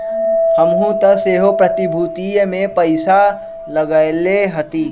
हमहुँ तऽ सेहो प्रतिभूतिय में पइसा लगएले हती